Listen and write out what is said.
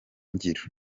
ngiro